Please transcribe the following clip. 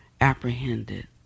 apprehended